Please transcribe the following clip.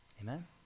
Amen